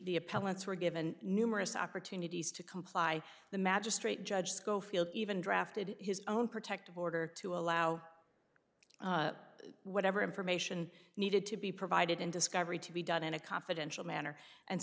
the appellants were given numerous opportunities to comply the magistrate judge schofield even drafted his own protective order to allow whatever information needed to be provided in discovery to be done in a confidential manner and